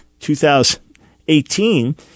2018